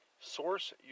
Source